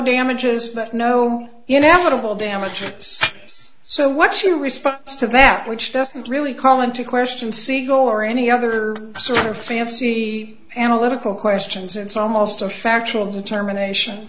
damages but no inevitable damages so what's your response to that which doesn't really call into question segal or any other sort or fancy analytical questions and so most of factual determination